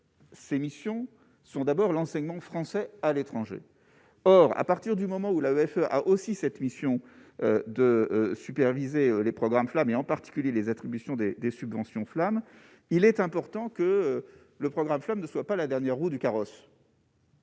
ces missions sont d'abord l'enseignement français à l'étranger, or, à partir du moment où l'AMF a aussi cette mission de superviser les programmes flammes et en particulier les attributions des subventions flammes, il est important que le programme flamme ne soit pas la dernière roue du carrosse.